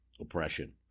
oppression